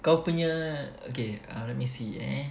kau punya okay ah let me see eh